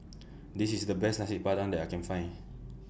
This IS The Best Nasi Padang that I Can Find